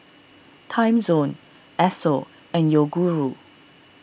Timezone Esso and Yoguru